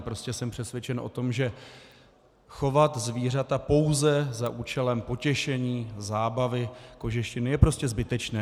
Prostě jsem přesvědčen o tom, že chovat zvířata pouze za účelem potěšení, zábavy, kožešiny je prostě zbytečné.